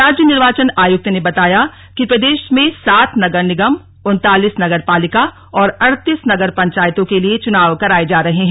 राज्य निर्वाचन आयुक्त ने बताया कि प्रदेश में सात नगर निगम उनतालीस नगर पालिका और अड़तीस नगर पंचायतों के लिए चुनाव कराये जा रहे हैं